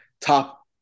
top